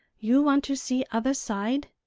you want to see other side?